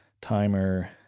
timer